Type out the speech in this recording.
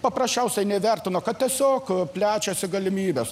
paprasčiausiai neįvertino kad tiesiog plečiasi galimybės